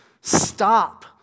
stop